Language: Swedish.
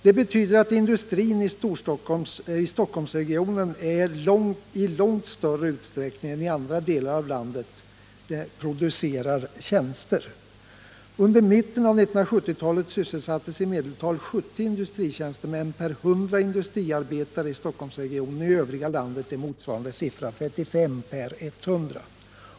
Det betyder att industrin i Stockholmsregionen i långt större utsträckning än i andra delar av landet producerar tjänster. Under mitten av 1970-talet sysselsattes i medeltal 70 industritjänstemän per 100 industriarbetare i Stockholmsregionen. I övriga landet är motsvarande siffra 35 per 100.